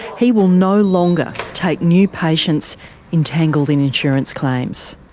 he will no longer take new patients entangled in insurance claims.